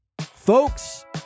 Folks